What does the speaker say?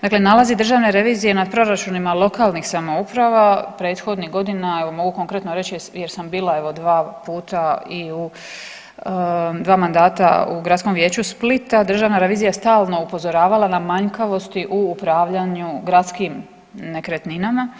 Dakle, nalazi državne revizije na proračunima lokalnih samouprava prethodnih godina mogu konkretno reći jer sam bila evo 2 puta i u 2 mandata u gradskom vijeću Splita, državna revizija je stalno upozoravala na manjkavosti u upravljanju gradskim nekretninama.